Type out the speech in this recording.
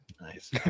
Nice